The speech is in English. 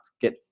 get